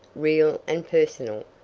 real and personal,